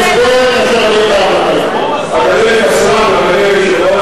המליאה.) סליחה, מה זה, האלה?